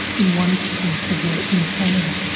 in one place i've worked in canada,